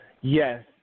Yes